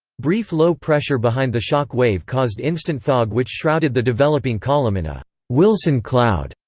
brief low pressure behind the shock wave caused instant fog which shrouded the developing column in a wilson cloud,